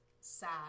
sad